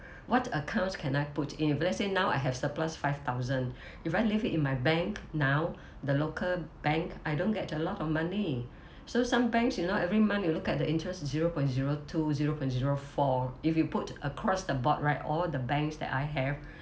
what accounts can I put in if let's say now I have surplus five thousand if I leave it in my bank now the local bank I don't get a lot of money so some banks you know every month you look at the interest zero point zero two zero point zero four if you put across the board right all the banks that I have